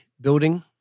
building